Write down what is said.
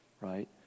right